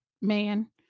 man